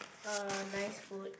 uh nice food